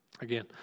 Again